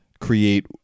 create